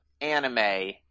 anime